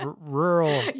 rural